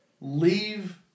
leave